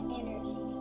energy